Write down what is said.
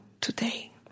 today